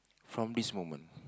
from this moment